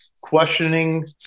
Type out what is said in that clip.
questioning